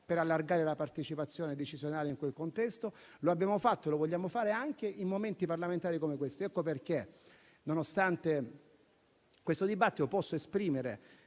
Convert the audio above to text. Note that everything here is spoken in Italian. per allargare la partecipazione decisionale in quel contesto; lo abbiamo fatto e lo vogliamo fare anche in momenti di confronto parlamentare come questo. Per questo, nell'ambito di questo dibattito, posso esprimere